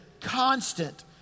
constant